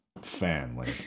family